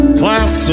class